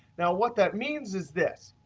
now what that means is this,